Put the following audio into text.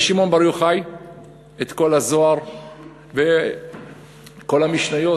שמעון בר יוחאי את כל הזוהר וכל המשניות,